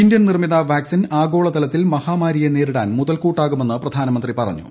Indian നിർമ്മിത vaccine ആഗോള തലത്തിൽ മഹാമാരിയെ നേരിട്ടാൻ മുതൽക്കൂട്ടാകുമെന്ന് പ്രധാനമന്ത്രി പറഞ്ഞു